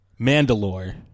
Mandalore